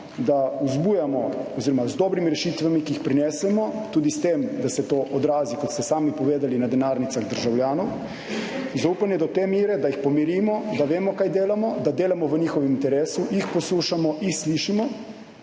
da vzbujamo oziroma z dobrimi rešitvami, ki jih prinesemo, tudi s tem, da se to odrazi, kot ste sami povedali, na denarnicah državljanov, zaupanje do te mere, da jih pomirimo, da vemo kaj delamo, da delamo v njihovem interesu, jih poslušamo, jih slišimo